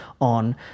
on